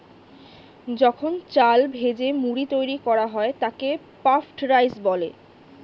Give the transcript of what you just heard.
যখন চাল ভেজে মুড়ি তৈরি করা হয় তাকে পাফড রাইস বলে